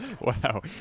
Wow